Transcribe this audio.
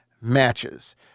matches